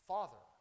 Father